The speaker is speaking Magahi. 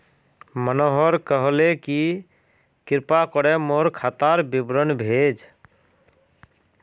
मनोहर कहले कि कृपया करे मोर खातार विवरण भेज